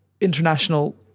international